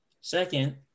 Second